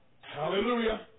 Hallelujah